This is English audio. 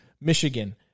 Michigan